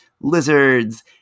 lizards